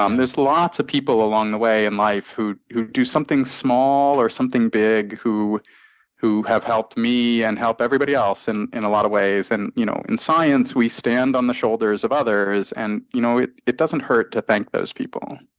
um there's lots of people along the way in life who who do something small or something big who who have helped me and helped everybody else and in a lot of ways. and you know in science, we stand on the shoulders of others. and you know it it doesn't hurt to thank those people.